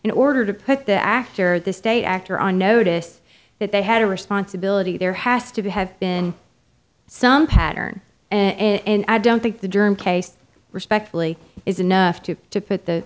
in order to put the actor the state actor on notice that they had a responsibility there has to have been some pattern and i don't think the germ case respectfully is enough to to put the